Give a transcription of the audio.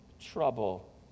trouble